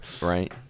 Right